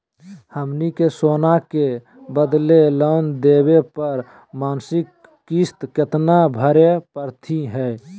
हमनी के सोना के बदले लोन लेवे पर मासिक किस्त केतना भरै परतही हे?